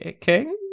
king